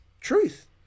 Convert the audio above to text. truth